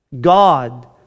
God